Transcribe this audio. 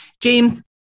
James